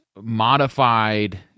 modified